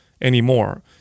anymore